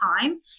time